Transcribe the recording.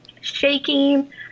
shaking